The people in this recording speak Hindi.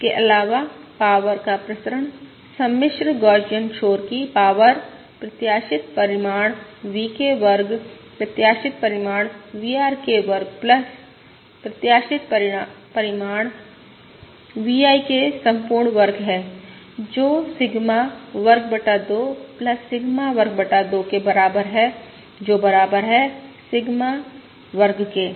इसके अलावा पॉवर का प्रसरण सम्मिश्र गौसियन शोर की पॉवर प्रत्याशित राशि VK वर्ग प्रत्याशित राशि V RK वर्ग प्रत्याशित राशि V IK संपूर्ण वर्ग है जो सिग्मा वर्ग बटा 2 सिग्मा वर्ग बटा 2 के बराबर है जो बराबर है सिग्मा वर्ग के